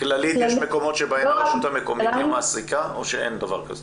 יש מקומות שבהם הרשות המקומית היא המעסיקה או שאין דבר כזה?